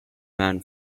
man